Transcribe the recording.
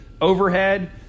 overhead